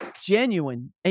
genuine